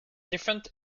different